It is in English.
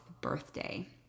birthday